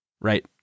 right